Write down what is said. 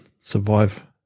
survive